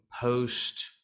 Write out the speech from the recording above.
post